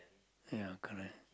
ya correct